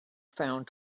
found